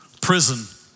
prison